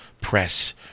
press